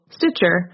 Stitcher